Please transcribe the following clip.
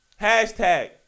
Hashtag